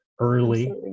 early